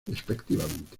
respectivamente